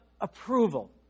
approval